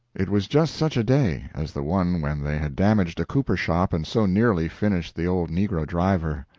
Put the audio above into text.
it was just such a day, as the one when they had damaged a cooper shop and so nearly finished the old negro driver.